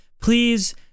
Please